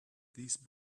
these